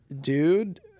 dude